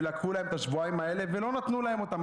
ולקחו להם את השבועיים האלה ולא נתנו להם אותם,